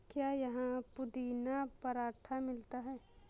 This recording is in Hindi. क्या यहाँ पुदीना पराठा मिलता है?